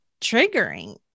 triggering